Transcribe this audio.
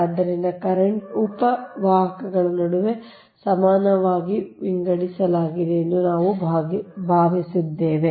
ಆದ್ದರಿಂದ ಕರೆಂಟ್ ಉಪ ವಾಹಕಗಳ ನಡುವೆ ಸಮಾನವಾಗಿ ವಿಂಗಡಿಸಲಾಗಿದೆ ಎಂದು ನಾವು ಭಾವಿಸಿದ್ದೇವೆ